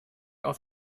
auf